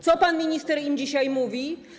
Co pan minister im dzisiaj mówi?